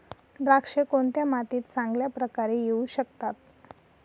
द्राक्षे कोणत्या मातीत चांगल्या प्रकारे येऊ शकतात?